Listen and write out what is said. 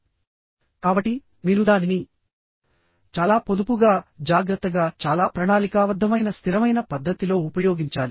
కాబట్టి మీరు దానిని చాలా పొదుపుగా జాగ్రత్తగా చాలా ప్రణాళికాబద్ధమైన స్థిరమైన పద్ధతిలో ఉపయోగించాలి